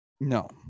No